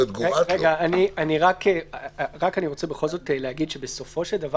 אני רוצה בכל זאת להגיד שבסופו של דבר